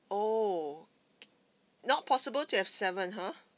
oh not possible to have seven !huh!